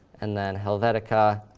and then helvetica,